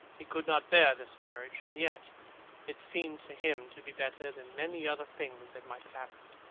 he could not bear this marriage, and yet it seemed to him to be better than many other things that might have happened.